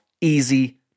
easy